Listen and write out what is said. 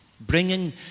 bringing